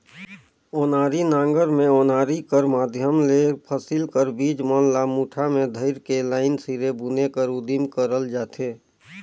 ओनारी नांगर मे ओनारी कर माध्यम ले फसिल कर बीज मन ल मुठा मे धइर के लाईन सिरे बुने कर उदिम करल जाथे